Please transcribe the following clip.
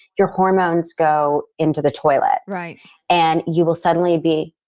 your hormones go into the toilet right and you will suddenly be,